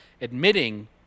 admitting